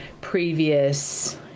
previous